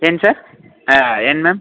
ಏನು ಸರ್ ಏನು ಮ್ಯಾಮ್